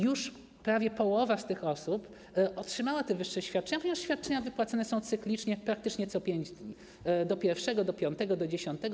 Już prawie połowa z tych osób otrzymała te wyższe świadczenia, ponieważ świadczenia wypłacane są cyklicznie, praktycznie co 5 dni: do pierwszego, do piątego, do dziesiątego.